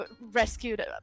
rescued